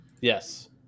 yes